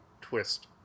twist